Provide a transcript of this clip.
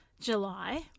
July